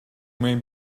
may